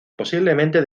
posiblemente